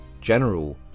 general